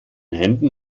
händen